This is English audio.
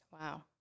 Wow